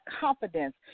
confidence